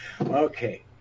Okay